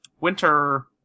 Winter